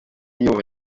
iyobowe